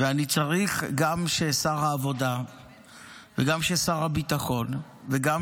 אני צריך שגם שר העבודה וגם ששר הביטחון וגם